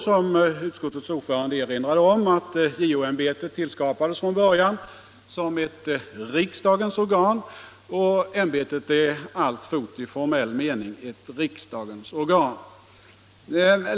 Som utskottets ordförande erinrade om skapades JO-ämbetet från början som ett riksdagens organ, och ämbetet är alltfort i formell mening ett riksdagens organ.